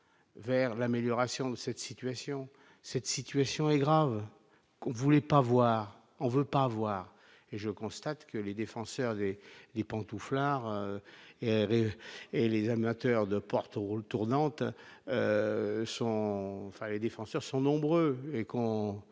vers l'amélioration de cette situation, cette situation est grave qu'on ne voulait pas voir, on veut pas voir et je constate que les défenseurs et les pantouflards et les amateurs de Porto tournantes sont enfin